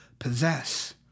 possess